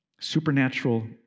Supernatural